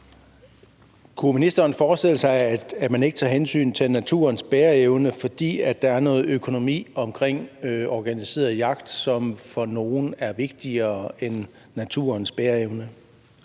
Kunne ministeren forestille sig, at man ikke tager hensyn til naturens bæreevne, fordi der er noget økonomi omkring organiseret jagt, som for nogle er vigtigere end naturens bæreevne?